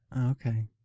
okay